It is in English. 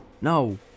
No